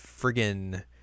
friggin